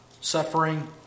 suffering